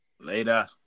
Later